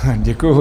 Děkuju.